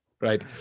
Right